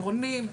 עירונים,